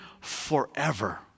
forever